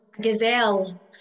gazelle